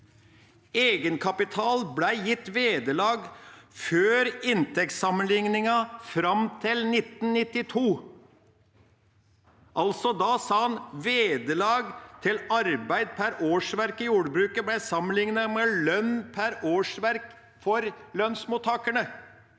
Egenkapitalen ble gitt vederlag før inntektssammenligningen fram til 1992. Da sa en altså at vederlag til arbeid per årsverk i jordbruket ble sammenlignet med lønn per årsverk for lønnsmottakerne.